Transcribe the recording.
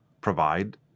provide